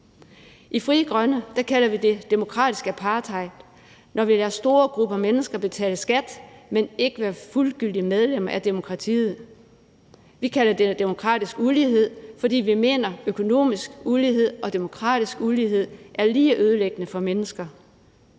I Frie Grønne kalder vi det demokratisk apartheid, når vi lader store grupper mennesker betale skat, men ikke være fuldgyldige medlemmer af demokratiet. Vi kalder det demokratisk ulighed, fordi vi mener, økonomisk ulighed og demokratisk ulighed er lige ødelæggende for mennesker.